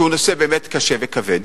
שהוא נושא באמת קשה וכבד,